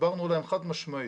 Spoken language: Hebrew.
הסברנו להם חד משמעית,